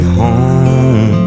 home